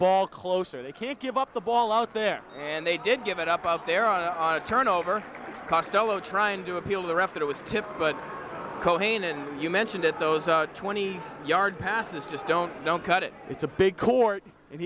ball closer they can't give up the ball out there and they did give it up out there on turnover costello trying to appeal the ref that was tipped but cocaine and you mentioned it those twenty yard passes just don't don't cut it it's a big court and